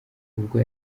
ubwo